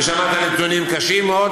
כאשר שמעת נתונים קשים מאוד,